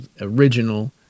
original